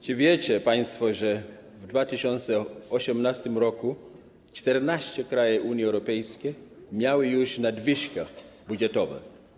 Czy wiecie państwo, że w 2018 r. 14 krajów Unii Europejskiej miało już nadwyżkę budżetową?